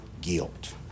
guilt